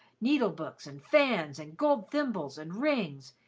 needle-books and fans and gold thimbles and rings,